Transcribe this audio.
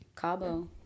Cabo